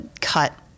cut